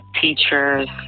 teachers